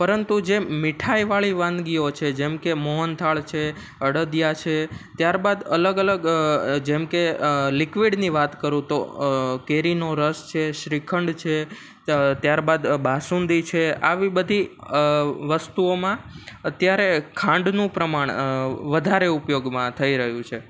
પરંતુ જે મીઠાઈવાળી વાનગીઓ છે જેમકે મોહનથાળ છે અડદિયા છે ત્યાર બાદ અલગ અલગ જેમકે લિક્વીડની વાત કરું તો કેરીનો રસ છે શ્રીખંડ છે ત્યારબાદ બાસુંદી છે આવી બધી વસ્તુઓમાં અત્યારે ખાંડનું પ્રમાણ વધારે ઉપયોગમાં થઈ રહ્યું છે